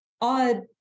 odd